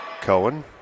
Cohen